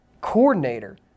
coordinator